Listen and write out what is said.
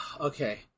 Okay